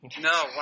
No